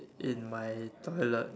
in my toilet